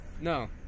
No